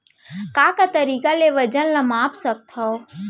का का तरीक़ा ले वजन ला माप सकथो?